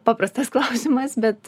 paprastas klausimas bet